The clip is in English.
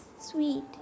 sweet